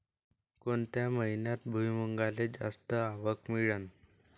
कोनत्या हंगामात भुईमुंगाले जास्त आवक मिळन?